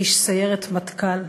איש סיירת מטכ"ל.